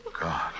God